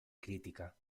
crítica